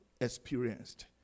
experienced